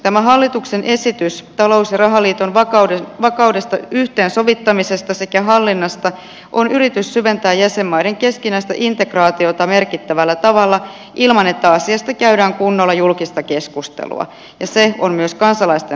tämä hallituksen esitys talous ja rahaliiton vakaudesta yhteensovittamisesta sekä ohjauksesta ja hallinnasta on yritys syventää jäsenmaiden keskinäistä integraatiota merkittävällä tavalla ilman että asiasta käydään kunnolla julkista keskustelua ja se on myös kansalaisten halveksuntaa